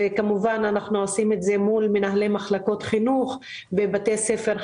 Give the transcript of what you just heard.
כמובן אנחנו עושים את זה מול מנהלי מחלקות חינוך בבתי ספר,